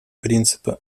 принципа